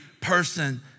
person